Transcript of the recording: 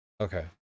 Okay